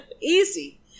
Easy